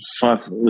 fuck